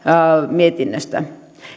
mietinnöstä